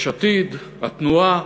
יש עתיד, התנועה,